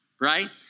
right